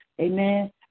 amen